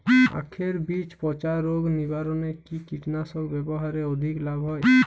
আঁখের বীজ পচা রোগ নিবারণে কি কীটনাশক ব্যবহারে অধিক লাভ হয়?